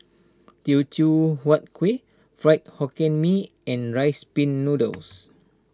Teochew Huat Kuih Fried Hokkien Mee and Rice Pin Noodles